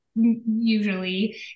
Usually